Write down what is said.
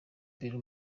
bella